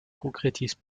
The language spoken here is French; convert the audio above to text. concrétise